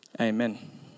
amen